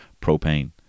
propane